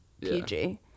PG